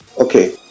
Okay